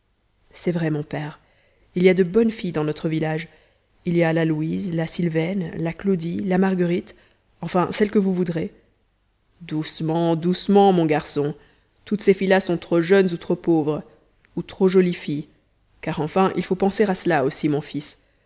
c'est vrai mon père il y a de bonnes filles dans notre village il y a la louise la sylvaine la claudie la marguerite enfin celle que vous voudrez doucement doucement mon garçon toutes ces filles là sont trop jeunes ou trop pauvres ou trop jolies filles car enfin il faut penser à cela aussi mon fils